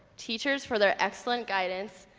teachers for their excellent guidance,